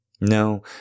No